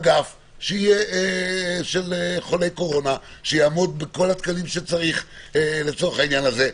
אגף של חולי קורונה יעמוד בכל התקנים שצריך לצורך העניין הזה.